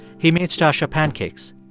he made stacya pancakes.